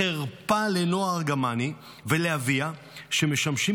"חרפה לנועה ארגמני ולאביה שמשמשים